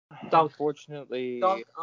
unfortunately